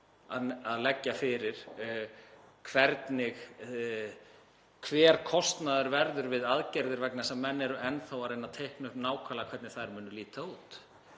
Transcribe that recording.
að leggja fyrir hver kostnaðurinn verður við aðgerðir vegna þess að menn eru enn þá að reyna að teikna upp nákvæmlega hvernig þær munu líta út.